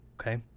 Okay